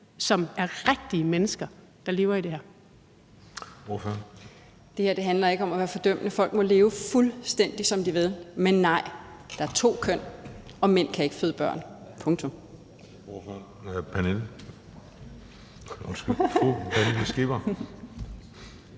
som er rigtige mennesker, der lever i det her.